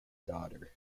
daughter